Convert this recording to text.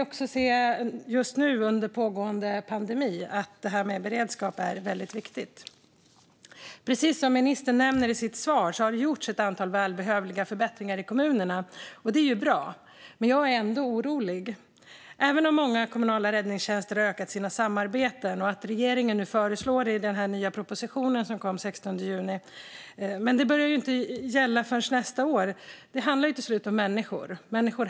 Också nu under pågående pandemi, fru talman, kan vi se att beredskap är väldigt viktigt. Precis som ministern nämnde i sitt svar har det gjorts ett antal välbehövliga förbättringar i kommunerna, och det är ju bra. Jag är ändå orolig, även om många kommunala räddningstjänster har ökat sina samarbeten och trots det regeringen föreslår i den nya proposition som kom den 16 juni. Det börjar ju inte gälla förrän nästa år, och det handlar till slut om människor här och nu.